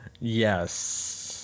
Yes